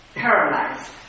paralyzed